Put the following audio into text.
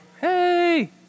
hey